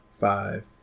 five